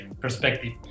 perspective